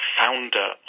founder